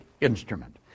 instrument